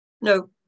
No